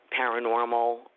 paranormal